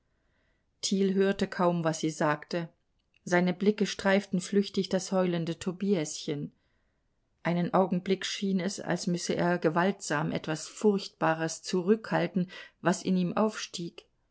thiel hörte kaum was sie sagte seine blicke streiften flüchtig das heulende tobiäschen einen augenblick schien es als müsse er gewaltsam etwas furchtbares zurückhalten was in ihm aufstieg